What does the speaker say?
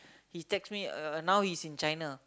he text me uh now he is in China